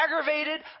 aggravated